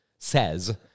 says